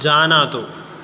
जानातु